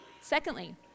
Secondly